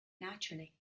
naturally